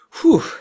whew